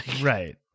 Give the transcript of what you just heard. Right